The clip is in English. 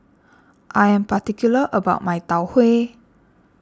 I am particular about my Tau Huay